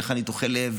אין לך ניתוחי לב,